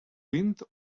vint